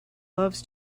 loves